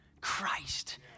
Christ